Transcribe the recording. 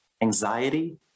anxiety